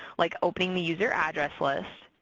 like opening the user address list,